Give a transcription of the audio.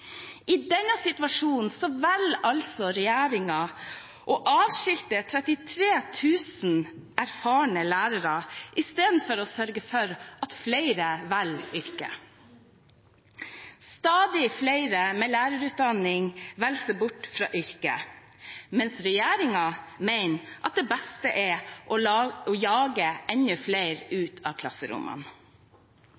I denne situasjonen velger altså regjeringen å avskilte 33 000 erfarne lærere i stedet for å sørge for at flere velger yrket. Stadig flere med lærerutdanning velger seg bort fra yrket, mens regjeringen mener at det beste er å jage enda flere